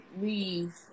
leave